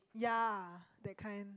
yeah that kind